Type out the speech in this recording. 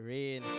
Rain